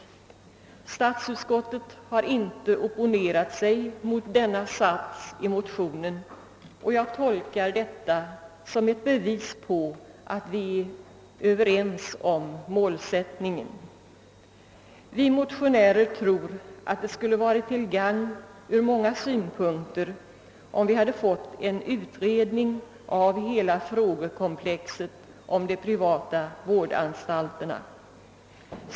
Statsutskottet har inte opponerat sig mot denna mening i motionen, och jag tolkar det som ett bevis på att vi är överens om målsättningen. Vi motionärer tror att det ur många synpunkter skulle ha varit till gagn om en utredning rörande hela frågekomplexet om de privata vårdanstalterna hade tillsatts.